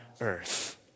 earth